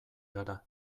gara